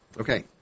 Okay